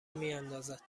میاندازد